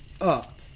up